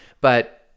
But-